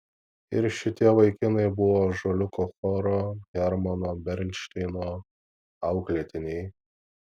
ir šitie vaikinai buvo ąžuoliuko choro hermano bernšteino auklėtiniai